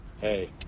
Hey